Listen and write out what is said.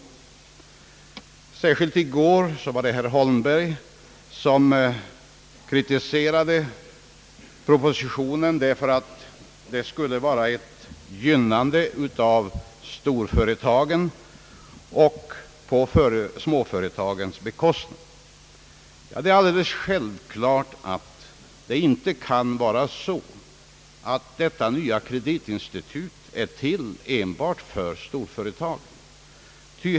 I går var det särskilt herr Holmberg som kritiserade propositionen, därför att den skulle innebära ett gynnande av storföretagen på småföretagens bekostnad. Självklart kan det inte vara så, att detta nya kreditinstitut är till enbart för storföretagen.